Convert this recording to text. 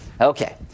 Okay